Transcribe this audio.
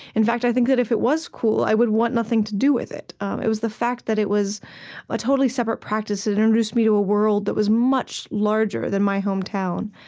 in fact, i think that if it was cool, i would want nothing to do with it. um it was the fact that it was a totally separate practice, and it introduced me to a world that was much larger than my hometown,